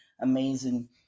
amazing